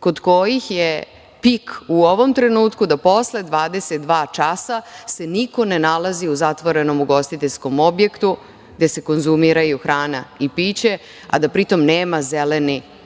kod kojih je pik u ovom trenutku da posle 22.00 časova, se niko ne nalazi u zatvorenom ugostiteljskom objektu, gde se konzumiraju hrana i piće, a da pri tome, nema zeleni